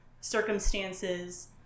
circumstances